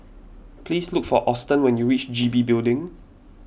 please look for Austen when you reach G B Building